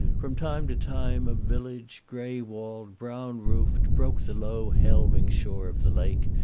from time to time a village, gray-walled, brown-roofed, broke the low helving shore of the lake,